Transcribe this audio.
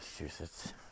Massachusetts